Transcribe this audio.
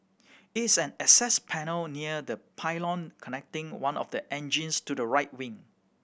it is an access panel near the pylon connecting one of the engines to the right wing